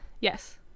yes